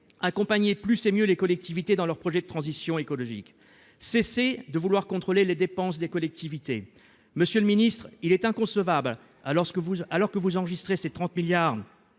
Accompagnez plus et mieux les collectivités dans leur projet de transition écologique. Cessez de vouloir contrôler les dépenses des collectivités ! Monsieur le ministre, il est inconcevable que, alors que vous enregistrez 30 milliards